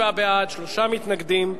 37 בעד, שלושה מתנגדים.